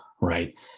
right